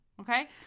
Okay